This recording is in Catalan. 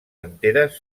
anteres